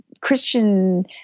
Christian –